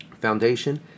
foundation